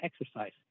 exercise